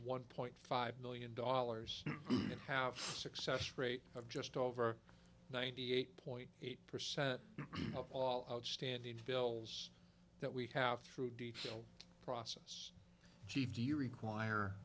one point five million dollars have success rate of just over ninety eight point eight percent of all outstanding bills that we have through d c so process chief do